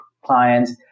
clients